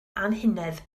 anhunedd